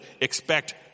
expect